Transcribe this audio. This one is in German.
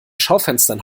schaufenstern